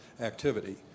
activity